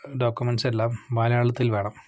documents എല്ലാം മലയാളത്തിൽ വേണം